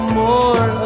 more